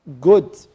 good